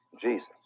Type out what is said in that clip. Jesus